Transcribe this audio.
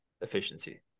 efficiency